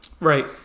Right